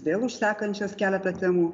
vėl už sekančias keletą temų